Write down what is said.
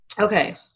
Okay